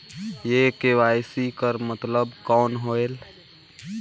ये के.वाई.सी कर मतलब कौन होएल?